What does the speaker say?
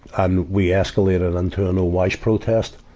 and we escalated internal wash protest